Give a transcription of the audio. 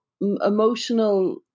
emotional